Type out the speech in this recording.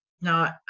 Now